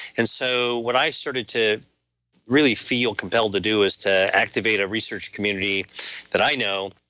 and so what i started to really feel compelled to do is to activate a research community that i know,